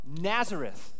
Nazareth